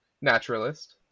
naturalist